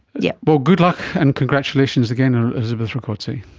yeah but good luck and congratulations again, elizabeth rakoczy.